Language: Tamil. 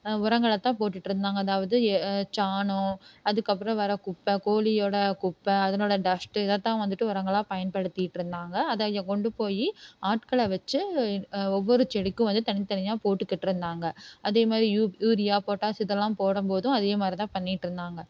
உரங்களைத் தான் போட்டுகிட்டு இருந்தாங்க அதாவது சாணம் அதுக்கப்புறம் வர குப்பை கோழியோடய குப்பை அதனோடய டஸ்ட்டு இதைத் தான் வந்துட்டு உரங்களாக பயன்படுத்திகிட்டு இருந்தாங்க அதை இங்கே கொண்டு போய் ஆட்களை வச்சு ஒவ்வொரு செடிக்கும் வந்து தனித் தனியாக போட்டுக்கிட்டு இருந்தாங்க அதே மாதிரி யூப் யூரியா பொட்டாஷியத்தலாம் போடும்போதும் அதே மாதிரிதான் பண்ணிகிட்டு இருந்தாங்க